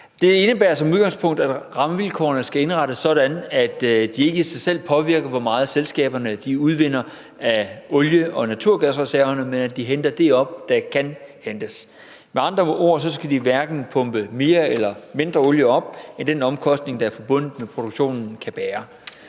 Det indebærer som udgangspunkt, at rammevilkårene skal indrettes sådan, at de ikke i sig selv påvirker, hvor meget selskaberne udvinder af olie- og naturgasreserverne, men at de henter det op, der kan hentes. Med andre ord skal de hverken pumpe mere eller mindre olie op, end den omkostning, der er forbundet med produktionen, kan bære.